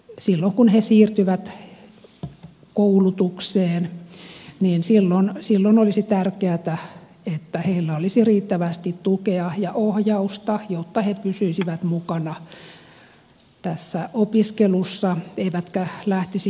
silloin kun he siirtyvät koulutukseen olisi tärkeätä että heillä olisi riittävästi tukea ja ohjausta jotta he pysyisivät mukana opiskelussa eivätkä lähtisi huonoille poluille